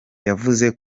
yavuze